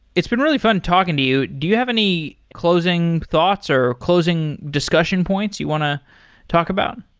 it's been really fun talking to you. do you have any closing thoughts or closing discussion points you want to talk about?